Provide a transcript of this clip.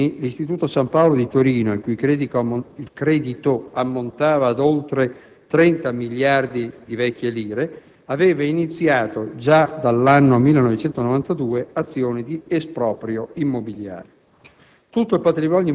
Su detti beni l'istituto San Paolo di Torino (il cui credito ammontava ad oltre 30 miliardi di lire) aveva iniziato, già dall'anno 1992, azioni di esproprio immobiliare.